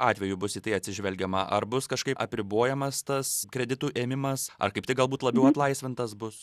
atveju bus į tai atsižvelgiama ar bus kažkaip apribojamas tas kreditų ėmimas ar kaip tik galbūt labiau atlaisvintas bus